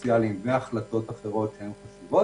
סוציאליים והחלטות אחרות שהן חשובות.